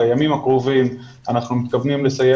בימים הקרובים אנחנו מתכוונים לסיים